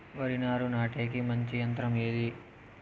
వరి నారు నాటేకి మంచి యంత్రం ఏది?